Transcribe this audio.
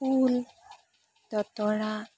খোল দতৰা